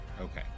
Okay